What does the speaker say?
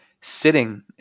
sitting